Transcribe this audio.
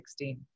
2016